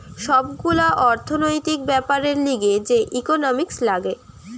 সব গুলা অর্থনৈতিক বেপারের লিগে যে ইকোনোমিক্স লাগে